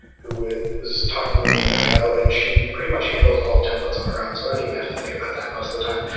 who was talking with me at io and she pretty much handles all of templates on their own, so i don't even have to think about that most of the time.